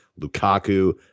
Lukaku